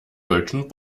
deutschen